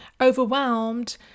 overwhelmed